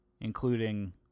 including